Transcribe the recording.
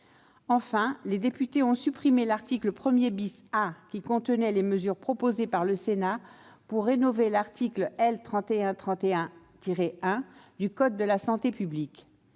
Enfin, les députés ont supprimé l'article 1 A, qui contenait les mesures proposées par le Sénat pour rénover l'article L. 3131-1 du code de la santé publique.